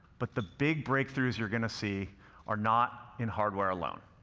but the big breakthroughs you're gonna see are not in hardware alone.